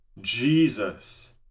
Jesus